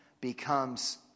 becomes